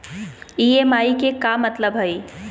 EMI के का मतलब हई?